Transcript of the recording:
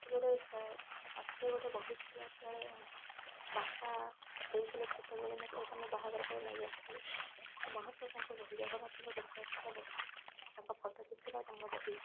ପାଖରେ ଗୋଟେ ବହିଥିଲା ସେତେବେଳେ ବାପା ଦେଇଥିଲେ ଛୋଟବେଳେ ମୋତେ ବାହାଘର ପରେ ନେଇଆସିଥିଲି ମୁଁ ମହାପ୍ରଭୁଙ୍କ ବହି ଜଗନ୍ନାଥଙ୍କ ବିଷୟରେ ସେଟା ବହି ତାଙ୍କ ଫୋଟୋ ଚିତ୍ର ତାଙ୍କ ବହି